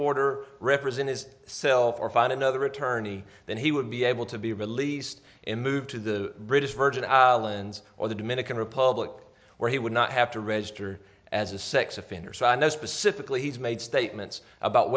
order represent his self or find another attorney then he would be able to be released and move to the british virgin islands or the dominican republic where he would not have to register as a sex offender so i know specifically he's made statements about